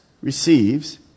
receives